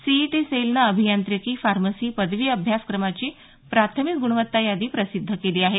CET सेलनं अभियांत्रिकी pharmacy पदवी अभ्यासक्रमाची प्राथमिक गुणवत्ता यादी प्रसिध्द केली आहे